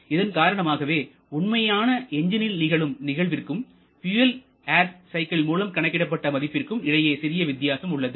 இதன் காரணமாகவே உண்மையாக என்ஜினில் நிகழும் நிகழ்விற்கும் பியூயல் ஏர் சைக்கிள் மூலம் கணக்கிடப்பட்ட மதிப்பிற்கும் இடையே சிறிய வித்தியாசம் உள்ளது